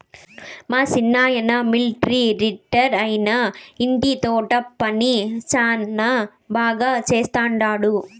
మా సిన్నాయన మిలట్రీ రిటైరైనా ఇంటి తోట పని శానా బాగా చేస్తండాడు